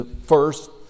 first